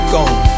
Gone